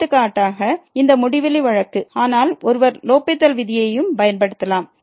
எடுத்துக்காட்டாக இந்த முடிவிலி வழக்கு ஆனால் ஒருவர் லோப்பித்தல் விதியையும் பயன்படுத்தலாம்